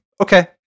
Okay